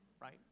right